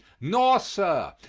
nor, sir,